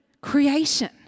creation